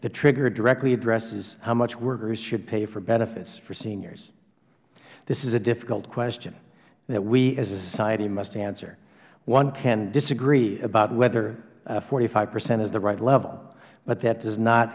the trigger directly addresses how much workers should pay for benefits for seniors this is a difficult question that we as a society must answer one can disagree about whether hpercent is the right level but that does not